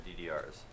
DDRs